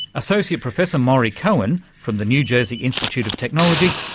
associate professor maurie cohen from the new jersey institute of technology,